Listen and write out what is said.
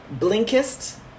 Blinkist